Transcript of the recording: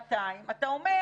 שאתה אומר.